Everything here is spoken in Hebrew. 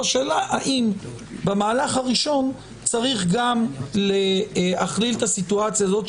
והשאלה האם במהלך הראשון צריך גם להכליל את הסיטואציה הזאת,